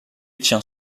tient